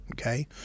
Okay